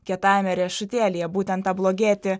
kietajame riešutėlyje būtent tą blogietį